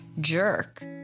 jerk